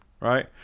right